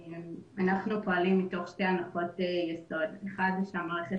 אנחנו פועלים מתוך שתי הנחות יסוד: א' שהמערכת